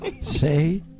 say